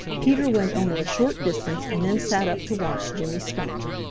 peter went only a short distance and then sat up to watch jimmy skunk.